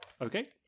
Okay